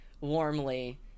warmly